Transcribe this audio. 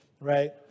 right